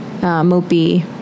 mopey